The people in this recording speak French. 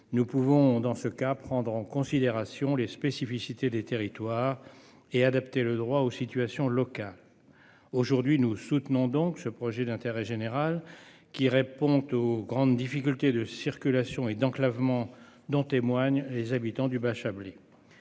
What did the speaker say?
Nous pouvons dans ce cas, prendre en considération les spécificités des territoires et adapter le droit aux situations locales. Aujourd'hui, nous soutenons donc ce projet d'intérêt général qui répond aux grandes difficultés de circulation et d'enclavement dont témoignent les habitants du Bachabélé.